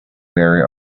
mary